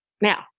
Now